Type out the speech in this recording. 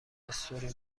استوری